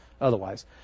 otherwise